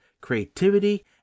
creativity